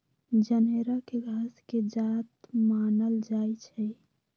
जनेरा के घास के जात मानल जाइ छइ